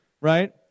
right